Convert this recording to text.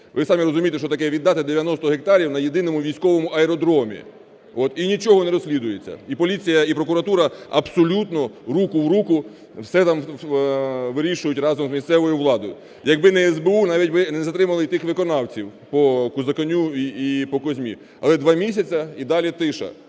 Ви самі розумієте, що таке віддати 90 гектарів на єдиному військовому аеродромі, от, і нічого не розслідується. І поліція, і прокуратура абсолютно рука в руку все там вирішують разом з місцевою владою. Якби не СБУ, навіть би не затримали і тих виконавців по Кузаконю і по Козьмі, але два місяці – і далі тиша.